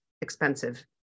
expensive